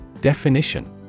Definition